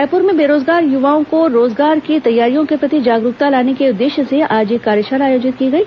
रायपुर में बेरोजगार युवाओं को रोजगार की तैयारियों के प्रति जागरूकता लाने के उद्देश्य से आज एक कार्यशाला आयोजित की गई